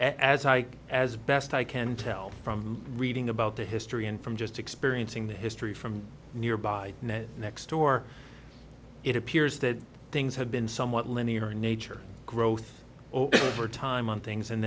can as best i can tell from reading about the history and from just experiencing the history from nearby next door it appears that things have been somewhat linear nature growth over time on things and